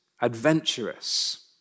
Adventurous